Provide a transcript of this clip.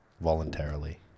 voluntarily